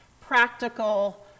practical